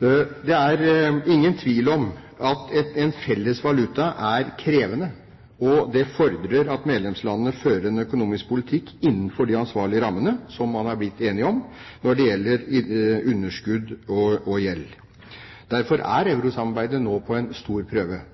Det er ingen tvil om at en felles valuta er krevende, og det fordrer at medlemslandene fører en økonomisk politikk innenfor de ansvarlige rammene som man er blitt enige om, når det gjelder underskudd og gjeld. Derfor er eurosamarbeidet nå på en stor prøve,